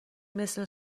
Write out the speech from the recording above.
مثل